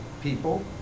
people